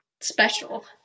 special